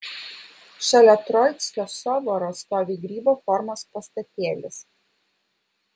šalia troickio soboro stovi grybo formos pastatėlis